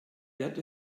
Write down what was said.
wird